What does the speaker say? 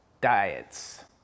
diets